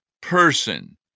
person